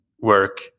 work